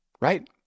Right